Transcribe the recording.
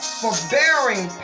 forbearing